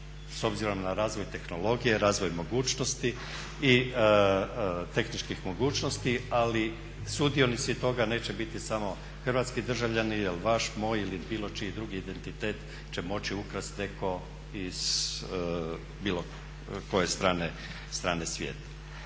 s obzirom na razvoj tehnologije, razvoj mogućnosti i tehničkih mogućnosti ali sudionici toga neće biti samo hrvatski državljani jel vaš, moj ili bilo čiji drugi identitet će moći ukrasti netko s bilo koje strane svijeta.